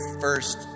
first